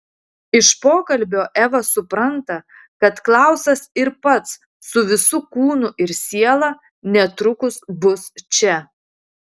iš pokalbio eva supranta kad klausas ir pats su visu kūnu ir siela netrukus bus čia